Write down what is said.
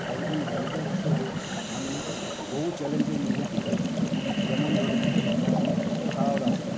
একজন বাইকার হিসাবে আমি বহু চ্যালেঞ্জের মুখোমুখি হয়েছি যেমন ধরুন খারাপ রাস্তা